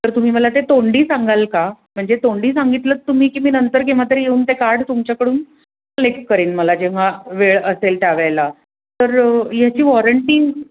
तर तुम्ही मला ते तोंडी सांगाल का म्हणजे तोंडी सांगितलं तुम्ही की मी नंतर केव्हातरी येऊन ते कार्ड तुमच्याकडून कलेक्ट करेन मला जेव्हा वेळ असेल त्यावेळेला तर ह्याची वॉरंटी